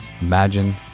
Imagine